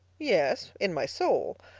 yes, in my soul.